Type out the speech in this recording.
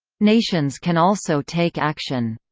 nations can also take action.